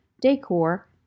decor